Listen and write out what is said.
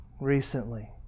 recently